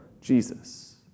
Jesus